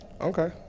Okay